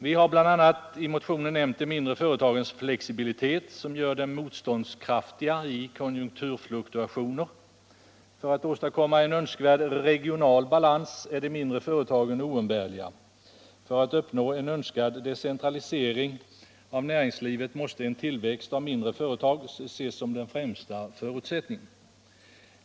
Vi har bl.a. nämnt de mindre företagens flexibilitet, som gör dem motståndskraftiga i konjunkturfluktuationer. När det gäller att åstadkomma en önskvärd, regional balans är de mindre företagen oumbärliga. För att man skall uppnå en 99 100 önskad decentralisering av näringslivet måste en tillväxt av mindre företag ses som den främsta förutsättningen.